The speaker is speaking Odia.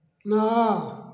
ନଅ